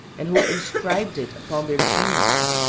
and who inscribed it upon their tombs,